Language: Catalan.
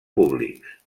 públics